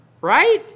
Right